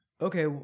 Okay